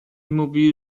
mówi